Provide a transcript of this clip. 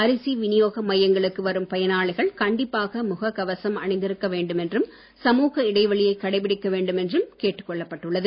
அரிசி விநியோக மையங்களுக்கு வரும் பயனாளிகள் கண்டிப்பாக முககவசம் அணிந்திருக்க வேண்டும் என்றும் சமூக இடைவெளியை கடைபிடிக்க வேண்டும் என்றும் கேட்டுக்கொள்ளப்பட்டுள்ளது